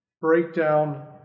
Breakdown